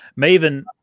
maven